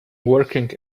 working